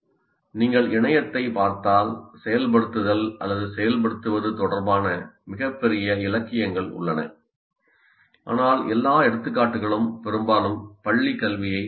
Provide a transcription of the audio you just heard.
நீங்கள் இணையத்தைப் பார்த்தால் செயல்படுத்துதல் அல்லது செயல்படுத்துவது தொடர்பான மிகப்பெரிய இலக்கியங்கள் உள்ளன ஆனால் எல்லா எடுத்துக்காட்டுகளும் பெரும்பாலும் பள்ளிக் கல்வியைச் சேர்ந்தவை